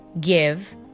give